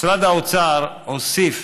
משרד האוצר הוסיף